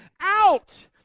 out